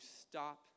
stop